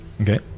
Okay